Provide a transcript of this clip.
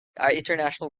international